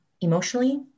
emotionally